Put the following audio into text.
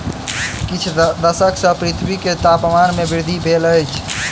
किछ दशक सॅ पृथ्वी के तापमान में वृद्धि भेल अछि